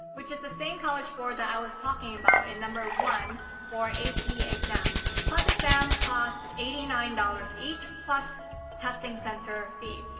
which is the same college board that i was talking about in number one for ap exams. clep exams cost eighty nine dollars each, plus testing center fee.